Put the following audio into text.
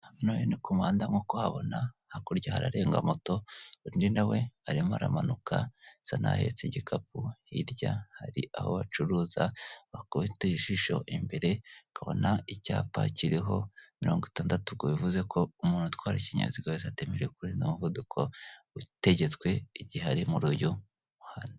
Hano rero ni ku muhanda nk'uko uhabona hakurya hararenga moto undi nawe arimo aramanuka asa n'aho ahetse igikapu, hirya hari aho abacuruza, wakubite ijisho imbere ukabona icyapa kiriho mirongo itandatu, ubwo bivuze ko umuntu utwara ikinyabiziga wese atemerewe kurenza umuvuduko utegetswe igihe ari muri uyu muhanda.